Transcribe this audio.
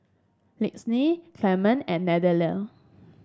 Lyndsey Clemente and Nathaniel